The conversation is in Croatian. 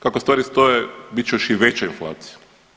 Kako stvari stoje, bit će još i veća inflacija.